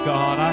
God